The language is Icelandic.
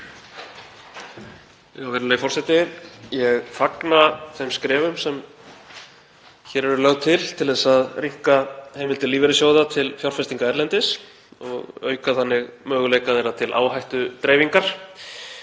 Virðulegur forseti. Ég fagna þeim skrefum sem hér eru lögð til til að rýmka heimildir lífeyrissjóða til fjárfestinga erlendis og auka þannig möguleika þeirra til áhættudreifingar.